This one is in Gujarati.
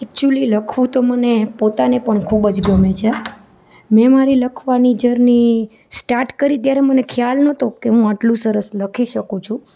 એકચુંલી લખવું તો મને પોતાને પણ ખૂબ જ ગમે છે મે મારી લખવાની જર્ની સ્ટાર્ટ કરી ત્યારે મને ખ્યાલ નતો કે હું આટલું સરસ લખી શકું છું